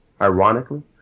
ironically